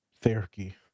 therapy